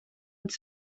het